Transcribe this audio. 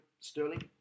Sterling